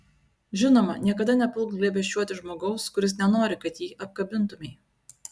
žinoma niekada nepulk glėbesčiuoti žmogaus kuris nenori kad jį apkabintumei